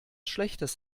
schlechtes